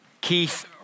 Keith